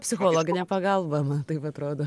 psichologinė pagalba man taip atrodo